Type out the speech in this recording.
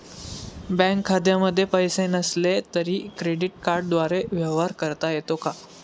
Bank खात्यामध्ये पैसे नसले तरी क्रेडिट कार्डद्वारे व्यवहार करता येतो का?